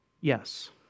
yes